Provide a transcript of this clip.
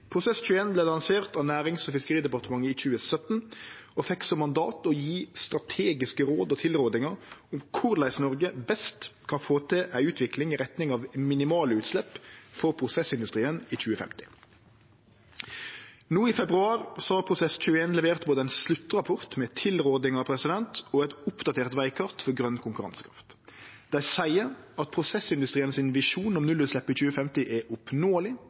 av Nærings- og fiskeridepartementet i 2017 og fekk som mandat å gje strategiske råd og tilrådingar om korleis Noreg best kan få til ei utvikling i retning av minimale utslepp for prosessindustrien i 2050. No i februar har Prosess21 levert både ein sluttrapport med tilrådingar og eit oppdatert vegkart for grøn konkurransekraft. Dei seier at prosessindustrien sin visjon om nullutslepp i 2050 er